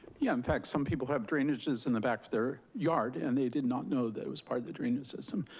yeah, in fact, some people have drainages in the back of their yard, and they did not know that it was part of the drainage system.